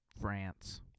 France